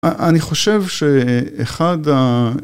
‫אני חושב שאחד ה...